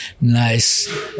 nice